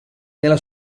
nella